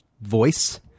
voice